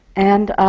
and